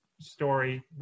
story